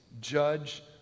judge